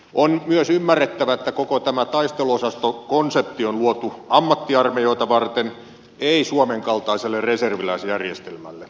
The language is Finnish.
on myös ymmärrettävä että koko tämä taisteluosastokonsepti on luotu ammattiarmeijoita varten ei suomen kaltaiselle reserviläisjärjestelmälle